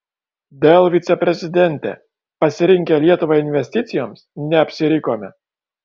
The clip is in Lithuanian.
dell viceprezidentė pasirinkę lietuvą investicijoms neapsirikome